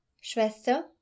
Schwester